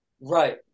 Right